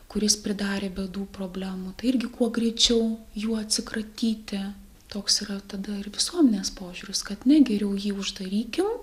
kuris pridarė bėdų problemų tai irgi kuo greičiau juo atsikratyti toks yra tada ir visuomenės požiūris kad ne geriau jį uždarykim